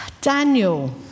Daniel